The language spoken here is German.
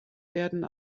werden